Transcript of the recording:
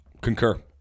Concur